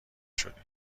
شدی